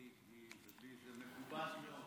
זה מכובד מאוד,